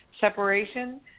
separation